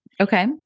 okay